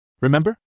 Remember